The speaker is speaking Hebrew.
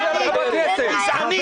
הגזען.